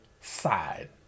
side